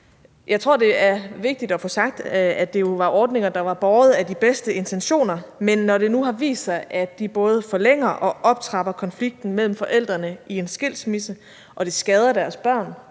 Jeg tror, det er vigtigt at få sagt, at det jo var ordninger, der var båret af de bedste intentioner, men når det nu har vist sig, at de både forlænger og optrapper konflikten mellem forældrene i en skilsmisse og skader deres børn,